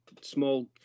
small